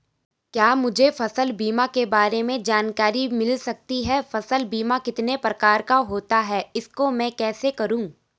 क्या मुझे फसल बीमा के बारे में जानकारी मिल सकती है फसल बीमा कितने प्रकार का होता है इसको मैं कैसे करूँ?